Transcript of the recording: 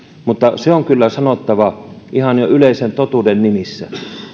se on kyllä sanottava ihan jo yleisen totuuden nimissä